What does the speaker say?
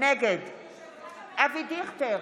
נגד אבי דיכטר,